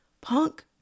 Punk